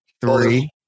Three